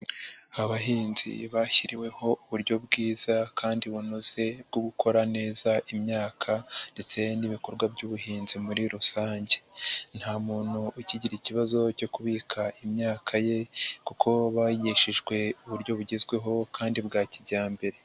Abahinzi bashyiriweho uburyo bwiza kandi bunoze bwo gukora neza imyaka ndetse n'ibikorwa by'ubuhinzi muri rusange, nta muntu ukigira ikibazo cyo kubika imyaka ye kuko bagishijwe uburyo bugezweho kandi bwa kijyambere.